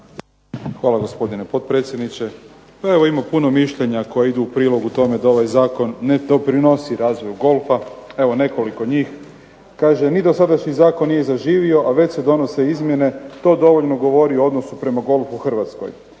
Hvala, gospodine potpredsjedniče. Evo ima puno mišljenja koja idu u prilog tome da ovaj zakon ne doprinosi razvoju golfa. Evo nekoliko njih. Kaže, ni dosadašnji zakon nije zaživio a već se donose izmjene, to dovoljno govori o odnosu prema golfu u Hrvatskoj.